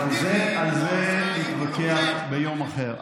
על זה נתווכח ביום אחר.